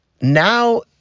now